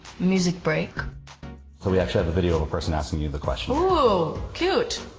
music break. so we actually have a video of a person asking you the question. ooo, cute!